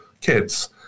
kids